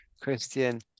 Christian